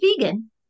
vegan